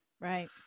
Right